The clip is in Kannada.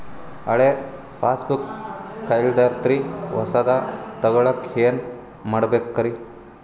ಹಳೆ ಪಾಸ್ಬುಕ್ ಕಲ್ದೈತ್ರಿ ಹೊಸದ ತಗೊಳಕ್ ಏನ್ ಮಾಡ್ಬೇಕರಿ?